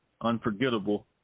unforgettable